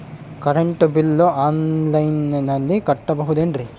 Current bill ಆನ್ಲೈನಿನಲ್ಲಿ ಕಟ್ಟಬಹುದು ಏನ್ರಿ?